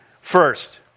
First